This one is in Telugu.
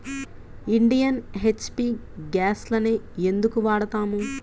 ఇండియన్, హెచ్.పీ గ్యాస్లనే ఎందుకు వాడతాము?